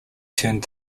turned